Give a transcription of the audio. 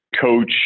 coach